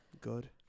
Good